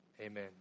Amen